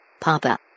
Papa